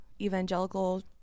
evangelical